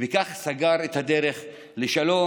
וכך סגר את הדרך לשלום,